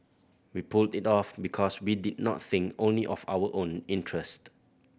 we pulled it off because we did not think only of our own interest